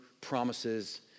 promises